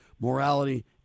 morality